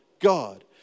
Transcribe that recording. God